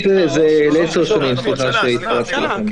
הוא מקבל שנה.